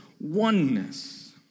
oneness